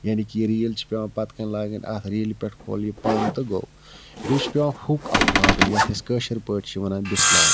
یعنی کہِ یہِ ریٖل چھِ پیٚوان پَتہٕ کَنۍ لاگٕنۍ اَتھ ریٖلہِ پٮ۪ٹھ کھول یہِ پَن تہٕ گوٚو بیٚیہِ چھُ پیٚوان ہُک اکھ لاگُن یَتھ أسۍ کٲشِر پٲٹھۍ چھِ وَنان بِسلاے